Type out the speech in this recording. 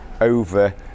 over